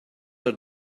are